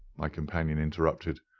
my companion interrupted.